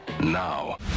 now